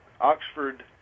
Oxford